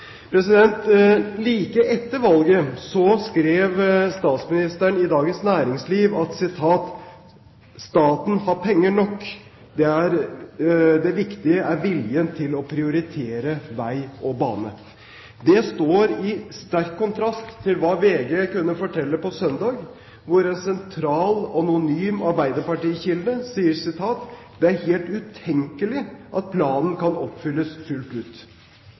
Like etter valget skrev statsministeren i Dagens Næringsliv at staten har penger nok, det viktige er viljen til å prioritere vei og bane. Det står i sterk kontrast til hva VG kunne fortelle på søndag. En sentral, anonym arbeiderpartikilde sier der: «Det er helt utenkelig at planen kan oppfylles fullt ut.»